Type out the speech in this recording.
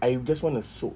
I just want to soak